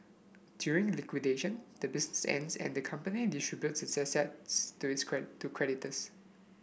during liquidation the business ends and the company distributes its assets to to creditors